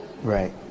right